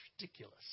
ridiculous